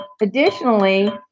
Additionally